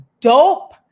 dope